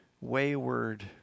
wayward